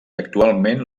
actualment